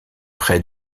près